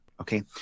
Okay